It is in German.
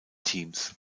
teams